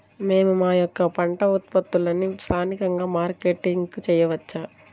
మేము మా యొక్క పంట ఉత్పత్తులని స్థానికంగా మార్కెటింగ్ చేయవచ్చా?